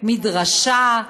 מדרשה,